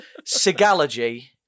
Sigalogy